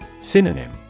Synonym